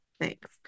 Thanks